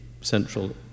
central